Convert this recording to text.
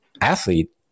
athlete